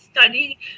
study